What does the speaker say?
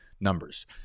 numbers